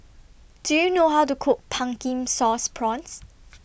Do YOU know How to Cook Pumpkin Sauce Prawns